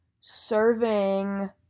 serving